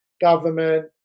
government